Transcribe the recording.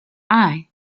eye